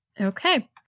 Okay